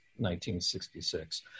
1966